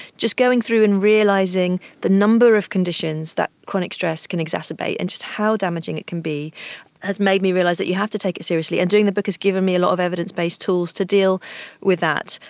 just going through and realising the number of conditions that chronic stress can exacerbate and just how damaging it can be has made me realise that you have to take it seriously. and doing the book has given me a lot of evidence-based tools to deal with that.